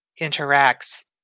interacts